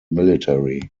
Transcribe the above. military